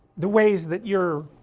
the ways that you're